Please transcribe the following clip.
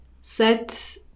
Set